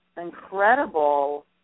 incredible